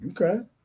okay